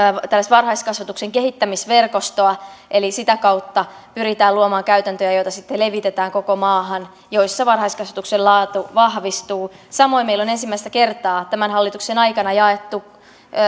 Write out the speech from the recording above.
varhaiskasvatuksen kehittämisverkostoa eli sitä kautta pyritään luomaan käytäntöjä joita sitten levitetään koko maahan joissa varhaiskasvatuksen laatu vahvistuu samoin meillä on ensimmäistä kertaa tämän hallituksen aikana jaettu